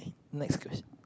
next question